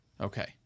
Okay